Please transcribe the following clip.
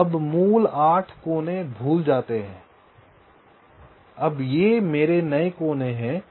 तो अब मूल 8 कोने भूल जाते हैं अब ये मेरे नए कोने हैं